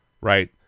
right